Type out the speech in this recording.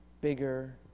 bigger